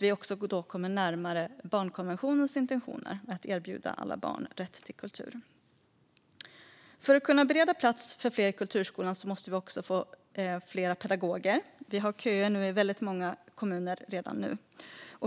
Vi kommer då också närmare barnkonventionens intentioner att ge alla barn rätt till kultur. För att kunna bereda plats för fler i kulturskolan måste vi också få fler pedagoger. Det är köer i väldigt många kommuner redan nu.